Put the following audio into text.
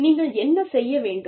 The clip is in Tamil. நீங்கள் என்ன செய்ய வேண்டும்